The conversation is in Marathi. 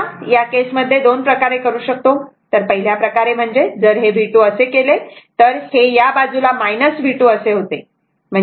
तेव्हा या केसमध्ये दोन प्रकारे करू शकतो तर पहिल्या प्रकारे म्हणजे जर हे V2 असे केले तर या बाजूला हे V2 असे होते